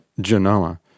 Genoa